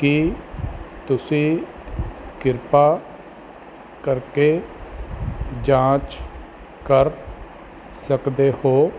ਕੀ ਤੁਸੀਂ ਕਿਰਪਾ ਕਰਕੇ ਜਾਂਚ ਕਰ ਸਕਦੇ ਹੋ